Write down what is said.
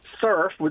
Surf